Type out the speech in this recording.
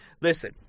Listen